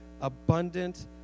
abundant